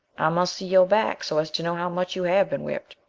i must see your back, so as to know how much you have been whipped,